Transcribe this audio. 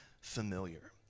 familiar